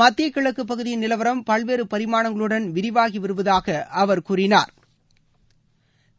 மத்திய கிழக்கு பகுதியின் நிலவரம் பல்வேறு பரிமானங்களுடன் விரிவாகி வருவதாக அவர் கூறினாள்